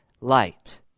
light